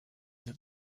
that